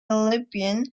libyan